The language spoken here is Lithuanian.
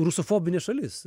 rusofobinė šalis